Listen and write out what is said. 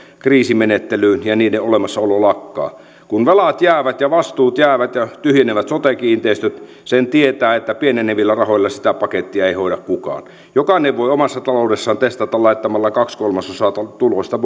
kriisimenettelyyn ja niiden olemassaolo lakkaa kun velat jäävät ja vastuut jäävät ja sote kiinteistöt tyhjenevät sen tietää että pienevillä rahoilla sitä pakettia ei hoida kukaan jokainen voi omassa taloudessaan testata miten siinä käy laittamalla kaksi kolmasosaa tuloista